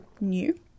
new